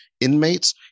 inmates